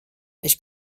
ich